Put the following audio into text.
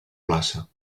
plaça